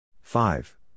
five